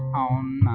own